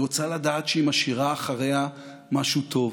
היא רוצה לדעת שהיא משאירה אחריה משהו טוב,